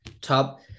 Top